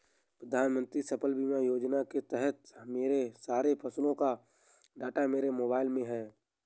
प्रधानमंत्री फसल बीमा योजना के तहत मेरे सारे फसलों का डाटा मेरे मोबाइल में है